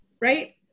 Right